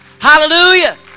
Hallelujah